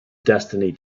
destiny